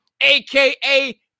aka